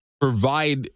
provide